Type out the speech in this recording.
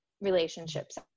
relationships